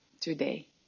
today